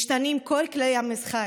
משתנים כל כללי המשחק.